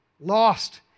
lost